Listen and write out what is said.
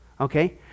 okay